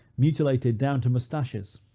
mutilated down to mustaches.